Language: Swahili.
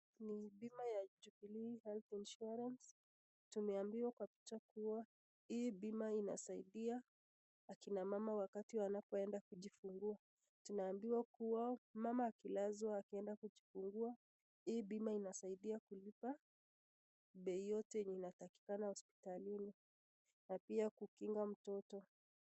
Ni huduma ya Jubilee Health Insurance tumeambiwa kwa picha kua hii bima inasaidia wakina mama wakati wanapoenda kujifungua. Tunaambiwa kwamba mtu unapoenda kujifungua hii bima inasaidia kulipa bei yote yenye inapatikana hospitalini na pia kukinga mtoto.